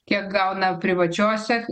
kiek gauna privačiose